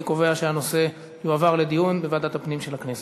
אני קובע שהנושא יועבר לדיון בוועדת הפנים של הכנסת.